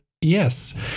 yes